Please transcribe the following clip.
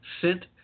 sent